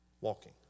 walking